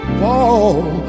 fall